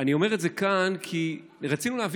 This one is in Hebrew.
אני אומר את זה כאן כי רצינו להביא